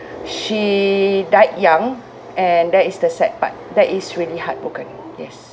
she died young and that is the sad part that is really heartbroken yes